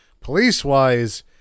police-wise